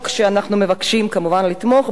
שאנחנו מבקשים כמובן לתמוך בו,